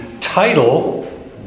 title